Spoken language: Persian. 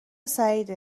سعیده